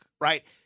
Right